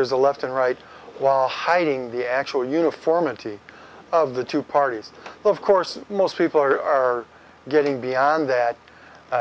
there's a left and right while hiding the actual uniformity of the two parties of course most people are getting beyond that